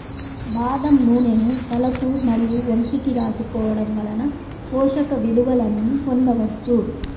బాదం నూనెను తలకు మరియు ఒంటికి రాసుకోవడం వలన పోషక విలువలను పొందవచ్చు